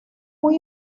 muy